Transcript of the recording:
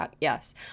yes